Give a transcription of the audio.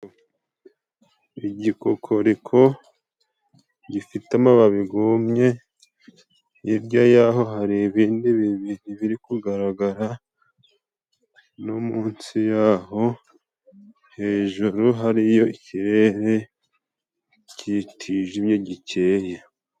Igikokoriko gifite amababi gumye, hirya y'aho hari ibindi bibiri biri kugaragara, no munsi yaho hejuru hariyo ikirere kitijimye gikeye.